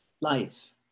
life